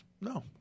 No